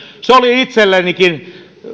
se oli itsellenikin